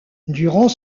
durant